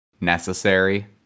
necessary